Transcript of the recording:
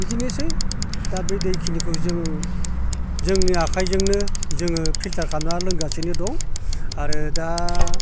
बिदिनोसै दा बे दैखिनिखौ जों जोंनि आखाइजोंनो जोङो फिलटार खालामनानै लोंगासिनो दं आरो दा